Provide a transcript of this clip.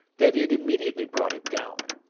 that it immediately brought it down.